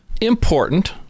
important